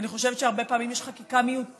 ואני חושבת שהרבה פעמים יש חקיקה מיותרת,